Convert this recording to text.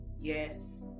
Yes